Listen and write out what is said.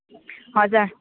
हजुर